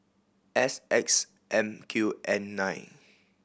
S X M Q N nine